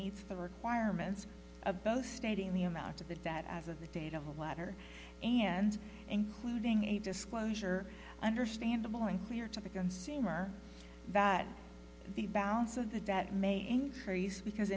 meets the requirements of both stating the amount of the debt as of the date of the letter and including a disclosure understandable and clear to the consumer that the balance of the debt may increase because